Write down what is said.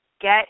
get